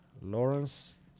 Lawrence